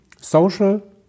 social